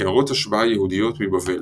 קערות השבעה יהודיות מבבל